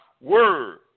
word